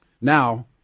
now